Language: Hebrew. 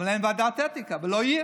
אבל אין ועדת אתיקה ולא תהיה.